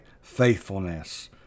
faithfulness